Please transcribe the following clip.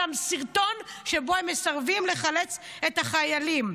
שם סרטון שבו הם מסרבים לחלץ את החיילים.